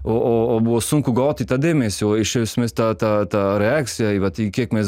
o o o buvo sunku gauti tą dėmesį o iš esmės ta ta ta reakcija vat į kiek mes